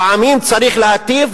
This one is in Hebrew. פעמים צריך להטיף,